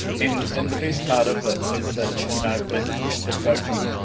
in in the best part of it is that you know it's it's open.